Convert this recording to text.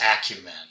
acumen